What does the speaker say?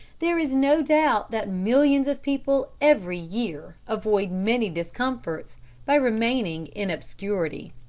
there is no doubt that millions of people every year avoid many discomforts by remaining in obscurity.